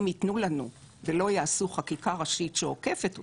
אם ייתנו לנו ולא יעשו חקיקה ראשית שעוקפת אותנו,